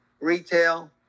Retail